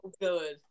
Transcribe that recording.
good